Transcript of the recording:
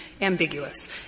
ambiguous